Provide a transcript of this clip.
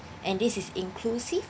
and this is inclusive